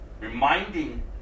reminding